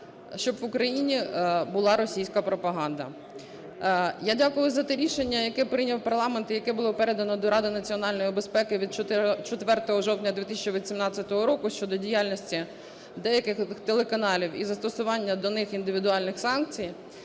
щоб в Україні була російська пропаганда. Я дякую за те рішення, яке прийняв парламент і яке було передано до Ради національної безпеки, від 4 жовтня 2018 року, щодо діяльності деяких телеканалів і застосування до них індивідуальних санкцій.